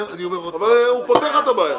הוא פותר לך את הבעיה.